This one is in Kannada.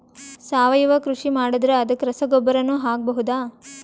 ಸಾವಯವ ಕೃಷಿ ಮಾಡದ್ರ ಅದಕ್ಕೆ ರಸಗೊಬ್ಬರನು ಹಾಕಬಹುದಾ?